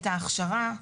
את ההכשרה,